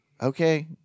Okay